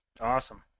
Awesome